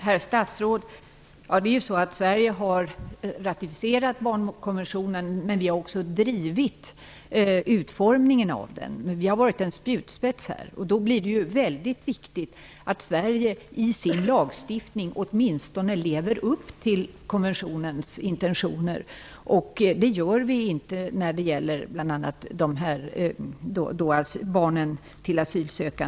Herr talman! Herr statsråd! Sverige har ratificerat barnkonventionen, men vi har också drivit fram utformningen av den - Sverige har varit en spjutspets. Därför är det mycket viktigt att vi i vår lagstiftning åtminstone lever upp till konventionens intentioner. Det gör vi inte när det gäller bl.a. asylbarnen.